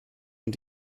und